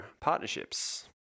partnerships